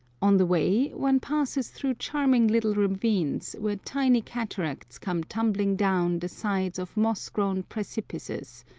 on the way one passes through charming little ravines, where tiny cataracts come tumbling down the sides of moss-grown precipices,